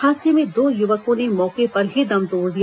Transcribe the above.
हादसे में दो युवकों ने मौके पर ही दम तोड़ दिया